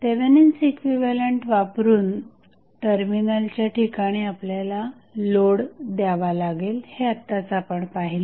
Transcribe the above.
Thevenin's equivalent वापरून टर्मिनलच्या ठिकाणी आपल्याला लोड द्यावा लागेल हे आत्ताच आपण पाहिले